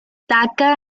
taca